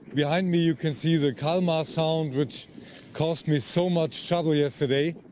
behind me you can see the kalmar sound, which caused me so much trouble yesterday.